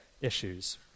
issues